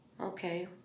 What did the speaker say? okay